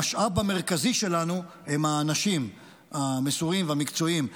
המשאב המרכזי שלנו הם האנשים המסורים והמקצועיים,